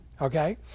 okay